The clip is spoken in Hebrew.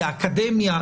לאקדמיה,